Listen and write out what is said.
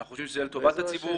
אנחנו חושבים שזה יהיה לטובת הציבור,